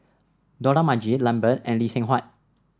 Dollah Majid Lambert and Lee Seng Huat